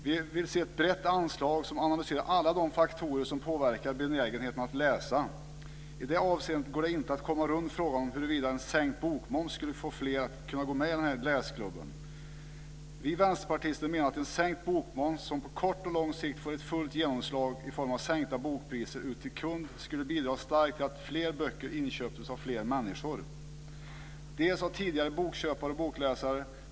Vi vill se ett brett anslag som analyserar alla de faktorer som påverkar benägenheten att läsa. I det avseendet går det inte att komma runt frågan huruvida en sänkt bokmoms skulle få fler att kunna gå med i "läsklubben". Vi vänsterpartister menar att en sänkt bokmoms, som på kort och lång sikt får ett fullt genomslag i form av sänkta bokpriser ut till kund, skulle bidra starkt till att fler böcker inköptes av fler människor, bl.a. av tidigare bokköpare och bokläsare.